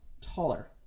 taller